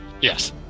Yes